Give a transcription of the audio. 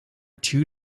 two